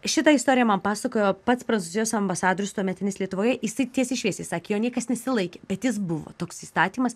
šitą istoriją man pasakojo pats prancūzijos ambasadorius tuometinis lietuvoje jisai tiesiai šviesiai sakė jo niekas nesilaikė bet jis buvo toks įstatymas